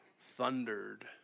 thundered